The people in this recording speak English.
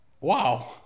Wow